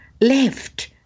left